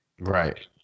Right